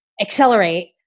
accelerate